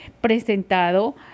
presentado